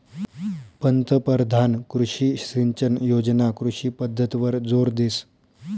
पंतपरधान कृषी सिंचन योजना कृषी पद्धतवर जोर देस